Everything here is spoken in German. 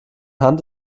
hand